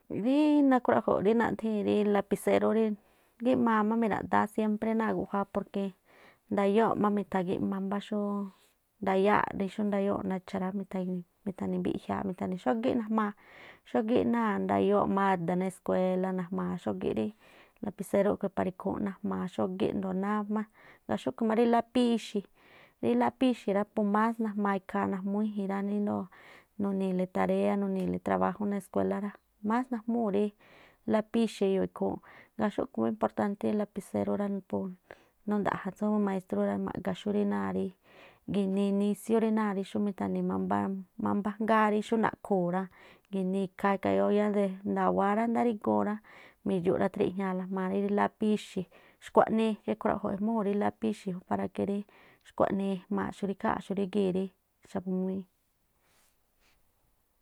Ríí nakhruaꞌjo̱ꞌ rí nathíi̱ rí lapisérú rí gíꞌmaa má mi̱raꞌdáá siémpré náa̱ guꞌjuáá porque ndayóo̱ má mi̱tha̱gíꞌma mbá xú ndayóo̱ ndayáa̱ nacha̱ rá lápí ixi̱ mitha̱ni̱ mbiꞌjiaaꞌ mitha̱ni̱ xógíꞌ najmaa, xógíꞌ má náa̱ ndayóo̱ má ada̱ náa̱ eskuélá najmaa xógí rí lapisérú khui̱ para ikhúúnꞌ najmaa xógíꞌ jndoo náá má. Ngaa̱ xúꞌkhu̱ má rí lápí ixi̱, rí lápí ixi̱ pu mas najmaa ikhaa najmúú i̱jjin rá ndoo̱ nuni̱i̱le taréá nuni̱le trabájú náa̱ eskuélá rá más najmúu̱ rí lápí ixi̱ eyo̱o̱ ikhúúnꞌ. Ŋgaa̱ xúꞌkhu̱ má importántí lapiserú rá, nundaꞌja xúrí maestrú rá para xúrí gi̱nii inisiú rí náa̱ xú mi̱tha̱ni̱ mámbaa mámbá ajngáá rí naꞌkhu̱u̱ rá, gi̱nii ikhaa ikayóó ri yáá de inda̱wáá rá ndáriguu rá, midxu̱rathrijña̱a̱la jma̱a rí lápí ixi̱, xkuaꞌnii ikhruaꞌjo̱ ejmúu̱ rí lápí ixi̱ para que rí xkuaꞌnii ejmúu̱ rí ikháa̱nꞌxu̱ rí gii̱ xa̱bu̱.